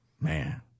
man